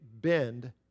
Bend